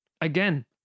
again